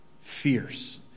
Fierce